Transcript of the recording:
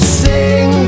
sing